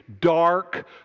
dark